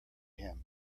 him